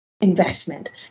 investment